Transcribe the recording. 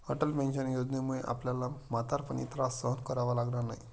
Atal pension योजनेमुळे आपल्याला म्हातारपणी त्रास सहन करावा लागणार नाही